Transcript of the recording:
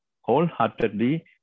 wholeheartedly